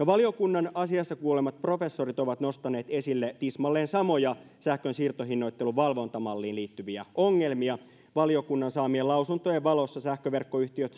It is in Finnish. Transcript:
valiokunnan asiassa kuulemat professorit ovat nostaneet esille tismalleen samoja sähkön siirtohinnoittelun valvontamalliin liittyviä ongelmia valiokunnan saamien lausuntojen valossa sähköverkkoyhtiöt